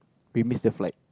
we miss the flight